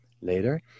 later